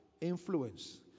influence